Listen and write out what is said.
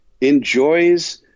enjoys